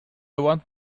want